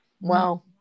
Wow